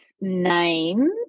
name